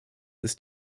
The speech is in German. ist